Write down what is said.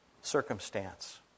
circumstance